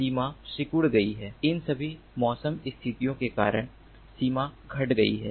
सीमा सिकुड़ गई है इन सभी मौसम स्थितियों के कारण सीमा घट गई है